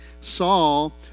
Saul